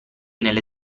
nelle